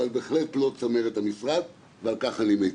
אבל בהחלט לא צמרת המשרד, ועל כך אני מצר.